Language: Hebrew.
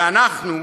ואנחנו,